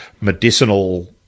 medicinal